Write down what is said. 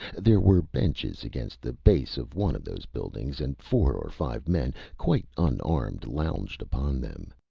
there were benches against the base of one of those buildings, and four or five men, quite unarmed, lounged upon them.